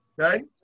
okay